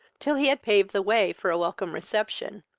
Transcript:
till he had paved the way for a welcome reception.